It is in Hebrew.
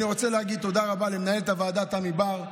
אני רוצה להגיד תודה רבה למנהלת הוועדה תמי בר,